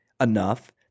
enough